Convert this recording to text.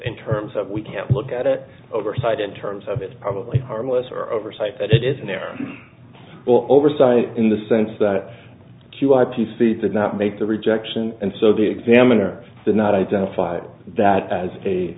in terms of we can't look at it oversight in terms of it's probably harmless or oversight that it isn't there or oversight in the sense that q i p c did not make the rejection and so the examiner did not identify that as a